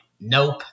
nope